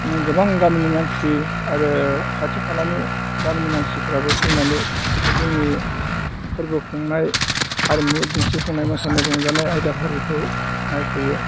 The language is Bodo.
गोबां गामिनि मानसि आरो खाथि खालानि गामिनि मानसिफ्राबो फैनानै बे जोंनि फोरबो खुंनाय हारिमु दिन्थिफुंनाय मोसानाय रंजानाय आयदा फारिखौ नायफैयो